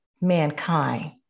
mankind